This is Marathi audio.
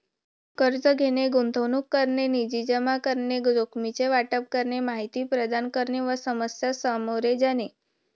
कर्ज घेणे, गुंतवणूक करणे, निधी जमा करणे, जोखमीचे वाटप करणे, माहिती प्रदान करणे व समस्या सामोरे जाणे